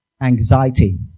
anxiety